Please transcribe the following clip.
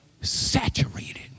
saturated